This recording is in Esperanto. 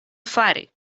fari